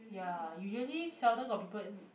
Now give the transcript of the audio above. ya usually seldom got people